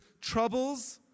trouble's